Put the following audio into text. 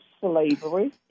slavery